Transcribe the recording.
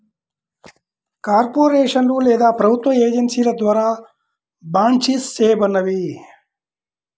కార్పొరేషన్లు లేదా ప్రభుత్వ ఏజెన్సీల ద్వారా బాండ్సిస్ చేయబడినవి